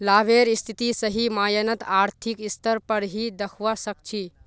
लाभेर स्थिति सही मायनत आर्थिक स्तर पर ही दखवा सक छी